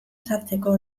sartzeko